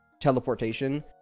teleportation